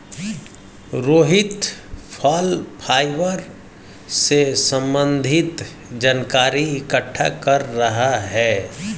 रोहित फल फाइबर से संबन्धित जानकारी इकट्ठा कर रहा है